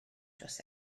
dros